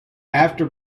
after